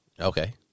Okay